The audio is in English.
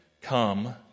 come